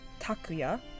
Takuya